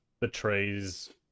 betrays